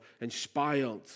inspired